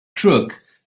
crook